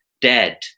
dead